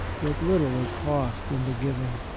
yet little it cost in the giving.